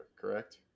correct